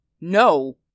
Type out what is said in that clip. No